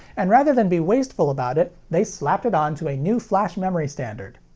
and, rather than be wasteful about it, they slapped it onto a new flash memory standard.